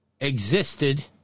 existed